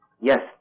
Yes